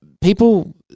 People